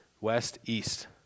west-east